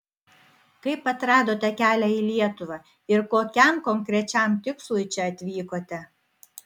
kaip atradote kelią į lietuvą ir kokiam konkrečiam tikslui čia atvykote